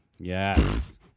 Yes